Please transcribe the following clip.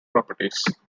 properties